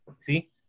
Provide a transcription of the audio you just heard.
see